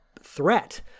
threat